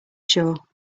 sure